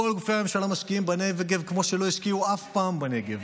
כל גופי הממשלה משקיעים בנגב כמו שלא השקיעו אף פעם בנגב,